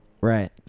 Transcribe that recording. Right